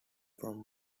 from